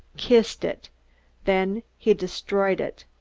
kissed it then he destroyed it.